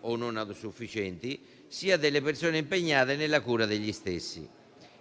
o non autosufficienti, sia delle persone impegnate nella cura degli stessi;